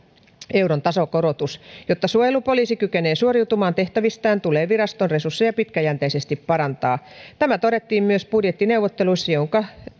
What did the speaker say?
euron tasokorotus jotta suojelupoliisi kykenee suoriutumaan tehtävistään tulee viraston resursseja pitkäjänteisesti parantaa tämä todettiin myös budjettineuvotteluissa minkä